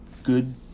Good